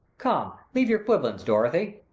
come, leave your quiblins, dorothy.